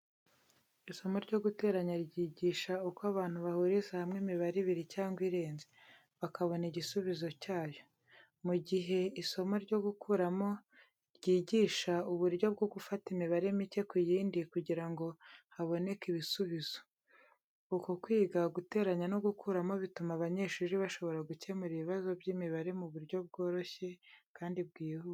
Isomo ryo guteranya ryigisha uko abantu bahuriza hamwe imibare ibiri cyangwa irenze, bakabona igisubizo cyayo. Mu gihe isomo ryo gukuramo rigisha uburyo bwo gufata imibare mike kuyindi kugira ngo haboneke ibisubizo. Uko kwiga guteranya no gukuramo bituma abanyeshuri bashobora gukemura ibibazo by'imibare mu buryo bworoshye kandi bwihuse.